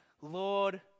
Lord